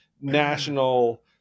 national